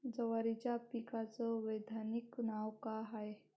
जवारीच्या पिकाचं वैधानिक नाव का हाये?